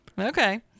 Okay